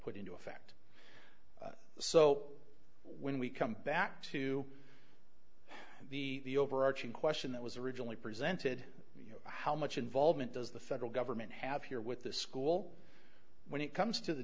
put into effect so when we come back to the overarching question that was originally presented you know how much involvement does the federal government have here with the school when it comes to the